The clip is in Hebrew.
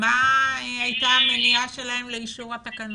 אולי גם לשאול אותו מה הייתה המניעה שלהם לאישור התקנות.